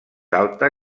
alta